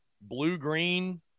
blue-green